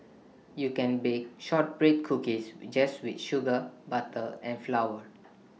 you can bake Shortbread Cookies just with sugar butter and flour